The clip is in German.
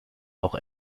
auch